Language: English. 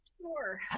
Sure